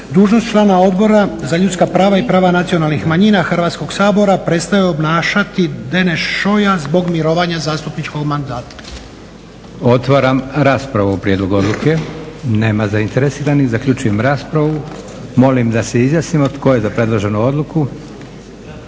2014.dužnost člana Odbora za ljudska prava i prava nacionalnih manjina Hrvatskog sabora prestaje obnašati Deneš Šoja zbog mirovanja zastupničkog mandata. **Leko, Josip (SDP)** Hvala lijepa. Otvaram raspravu o prijedlogu odluke. Nema zainteresiranih. Zaključujem raspravu. Molim da se izjasnimo tko je za predloženu odluku?